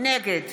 נגד